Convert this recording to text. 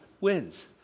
wins